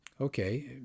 Okay